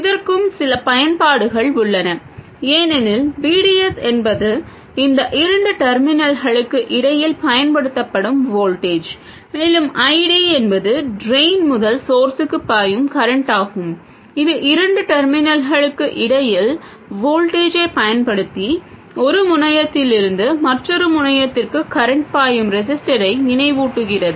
இதற்கும் சில பயன்பாடுகள் உள்ளன ஏனெனில் V D S என்பது இந்த இரண்டு டெர்மினல்களுக்கு இடையில் பயன்படுத்தப்படும் வோல்டேஜ் மேலும் I D என்பது ட்ரெய்ன் முதல் ஸோர்ஸுக்கு பாயும் கரண்ட் ஆகும் இது இரண்டு டெர்மினல்களுக்கு இடையில் வோல்டேஜை பயன்படுத்தி ஒரு முனையத்திலிருந்து மற்றொரு முனையத்திற்கு கரண்ட் பாயும் ரெஸிஸ்டரை நினைவூட்டுகிறது